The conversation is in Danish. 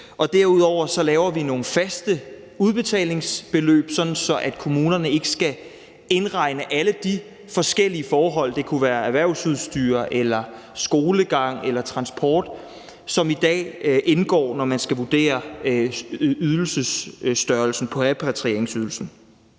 Derudover laver vi nogle faste udbetalingsbeløb, sådan at kommunerne ikke skal indregne alle de forskellige forhold – det kunne være erhvervsudstyr eller skolegang eller transport – som i dag indgår, når man skal vurdere størrelsen på repatrieringsydelsen.